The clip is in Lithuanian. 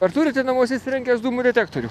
ar turite namuose įsirengęs dūmų detektorių